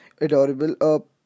adorable